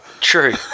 true